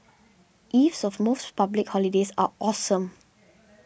eves of most public holidays are awesome